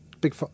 Big